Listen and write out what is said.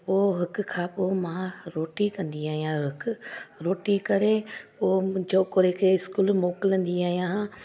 पोइ हिक खां पोइ मां रोटी कंदी आहियां हिकु रोटी करे पोइ मूं छोकिरे खे स्कूल मोकिलींदी आहियां